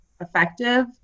effective